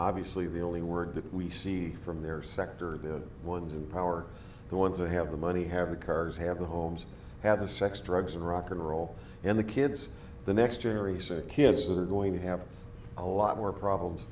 obviously the only word that we see from their sector are the ones in power the ones who have the money have the cars have the homes have the sex drugs and rock'n'roll and the kids the next generation of kids are going to have a lot more problems